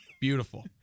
Beautiful